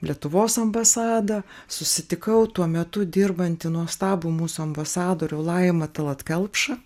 lietuvos ambasadą susitikau tuo metu dirbantį nuostabų mūsų ambasadorių lajamą tallat kelpšą